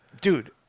dude